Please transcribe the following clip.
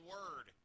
Word